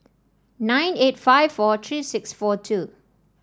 nine eight five four three six four two